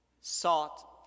sought